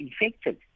infected